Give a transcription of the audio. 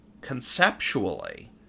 conceptually